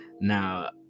Now